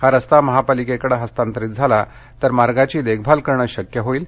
हा रस्ता महापालिकेकडं हस्तांतरित झाल्यास मार्गाची देखभाल करणं शक्य होईल